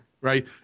Right